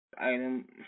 item